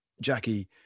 Jackie